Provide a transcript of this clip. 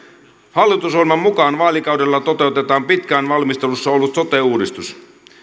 hallitusohjelman mukaan vaalikaudella toteutetaan pitkään valmistelussa ollut sote uudistus